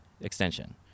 extension